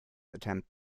attempt